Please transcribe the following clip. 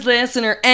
Listener